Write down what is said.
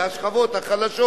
והשכבות החלשות,